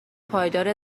پایدار